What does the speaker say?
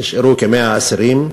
נשארו כ-100 אסירים,